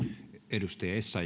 arvoisa